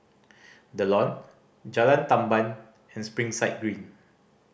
The Lawn Jalan Tamban and Springside Green